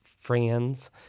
friends